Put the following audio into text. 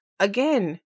Again